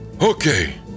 Okay